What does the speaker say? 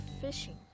fishing